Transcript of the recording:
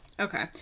Okay